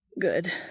Good